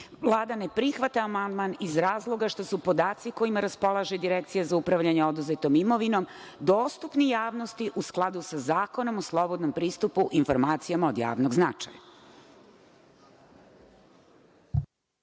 sami. Vlada ne prihvata amandman iz razloga što su podaci kojima raspolaže Direkcija za upravljanje oduzetom imovinom dostupni javnosti, u skladu sa Zakonom o slobodnom pristupu informacijama od javnog značaja.